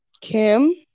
Kim